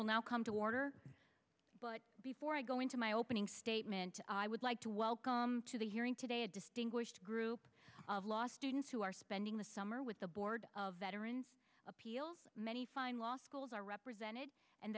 will now come to order but before i go into my opening statement i would like to welcome to the hearing today a distinguished group of law students who are spending the summer with the board of veterans appeals many fine law schools are represented and